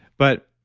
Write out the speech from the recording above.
but